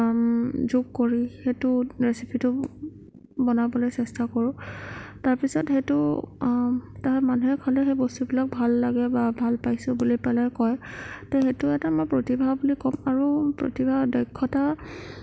যোগ কৰি সেইটোত ৰেচিপিটো বনাবলৈ চেষ্টা কৰোঁ তাৰপিছত সেইটো মানুহে খালে সেই বস্তুবিলাক ভাল লাগে বা ভাল পাইছোঁ বুলি পেলাই কয় ত' সেইটো এটা মই প্ৰতিভা বুলি ক'ম আৰু প্ৰতিভা দক্ষতা